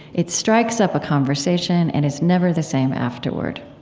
it strikes up a conversation and is never the same afterward.